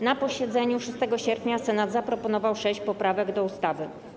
Na posiedzeniu 6 sierpnia Senat zaproponował sześć poprawek do ustawy.